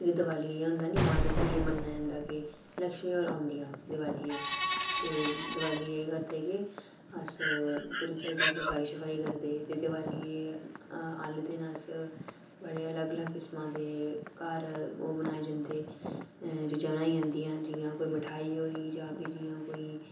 एह् दिवाली गी होंदा कि एह् मन्नेआ जंदा कि लक्ष्मी होर औंदियां दिवाली गी ते दिवाली गी केह् करदे कि अस पूरे घरै दी सफाई शफाई करदे ते दिवाली आह्ले दिन अस बड़े अलग अलग किस्मां दे घर ओह् बनाए जंदे चीज़ां बनाई जंदियां जि'यां कोई मठाई होई जां प्ही जियां कोई